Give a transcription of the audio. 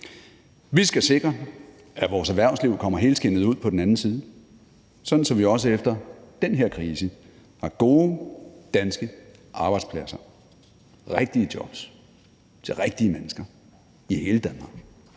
Vi skal sikre, at vores erhvervsliv kommer helskindet ud på den anden side, sådan at vi også efter den her krise har gode danske arbejdspladser, rigtige jobs til rigtige mennesker i hele Danmark